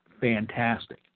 Fantastic